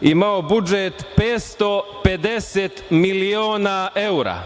imao budžet 550 miliona evra?